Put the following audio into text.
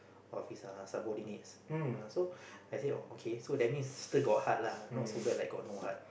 of his {uh) subordinates uh so I say oh okay so that means still got heart lah not so bad like got no heart